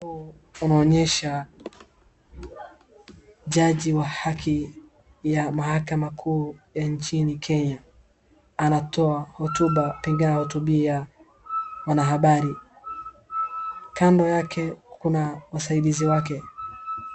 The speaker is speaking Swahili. Mchoro huu unaonyesha, jaji wa haki ya mahakama kuu ya nchini Kenya. Anatoa hotuba, pengine anahotubia wanahabari. Kando yake kuna wasaidizi wake.